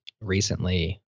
recently